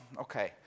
okay